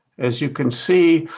as you can see,